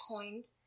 coined